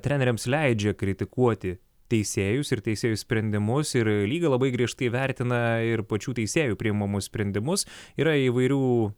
treneriams leidžia kritikuoti teisėjus ir teisėjų sprendimus ir lyga labai griežtai vertina ir pačių teisėjų priimamus sprendimus yra įvairių